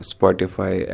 Spotify